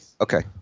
Okay